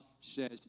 says